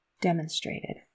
demonstrated